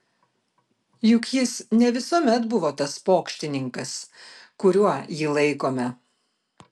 juk jis ne visuomet buvo tas pokštininkas kuriuo jį laikome